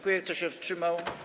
Kto się wstrzymał?